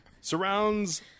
surrounds